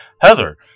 Heather